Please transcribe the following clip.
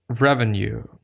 revenue